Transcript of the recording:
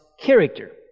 character